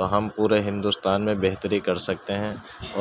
تو ہم پورے ہندوستان میں بہتری کر سکتے ہیں